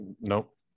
Nope